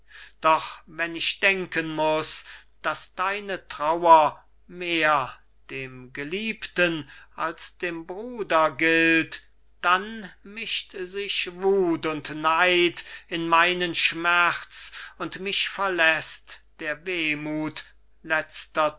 doch wenn ich denken muß daß deine trauer mehr dem geliebten als dem bruder gilt dann mischt sich wuth und neid in meinen schmerz und mich verläßt der wehmuth